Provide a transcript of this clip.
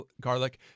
garlic